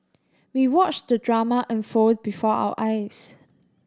we watched the drama unfold before our eyes